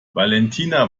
valentina